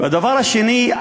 והדבר השני,